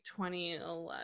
2011